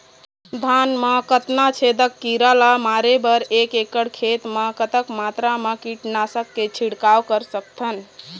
धान मा कतना छेदक कीरा ला मारे बर एक एकड़ खेत मा कतक मात्रा मा कीट नासक के छिड़काव कर सकथन?